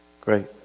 Great